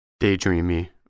daydreamy